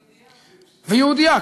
ויהודייה.